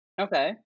Okay